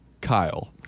kyle